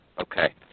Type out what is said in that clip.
Okay